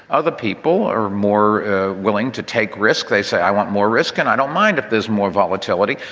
other people are more willing to take risk. they say, i want more risk and i don't mind if there's more volatility.